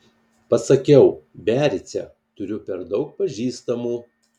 pasakiau biarice turiu per daug pažįstamų